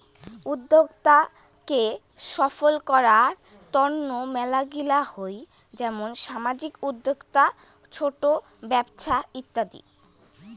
উদ্যোক্তা কে সফল করার তন্ন মেলাগিলা হই যেমন সামাজিক উদ্যোক্তা, ছোট ব্যপছা ইত্যাদি